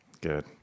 Good